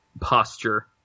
posture